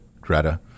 Greta